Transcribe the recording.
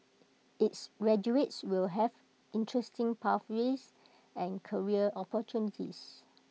its graduates will have interesting pathways and career opportunities